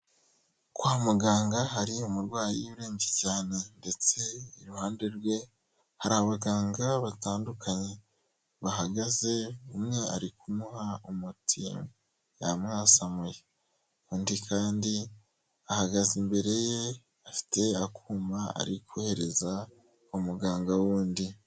Kwa muganga hari umurwayi urembye cyane ndetse iruhande rwe, hari abaganga batandukanye, bahagaze umwe ari kumuha umuti yamwasamuye. Undi kandi ahagaze imbere ye afite akuma ari kohereza umuganga w'undi.